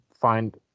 find